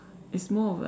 it's more of like